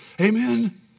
Amen